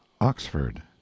oxford